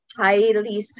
highly